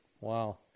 Wow